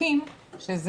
הפיקוח בשווקים,